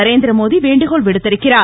நரேந்திரமோடி வேண்டுகோள் விடுத்திருக்கிறார்